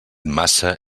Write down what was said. massa